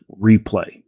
replay